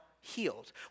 healed